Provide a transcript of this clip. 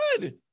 good